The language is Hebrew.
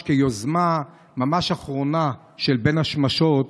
כיוזמה ממש אחרונה של בין השמשות,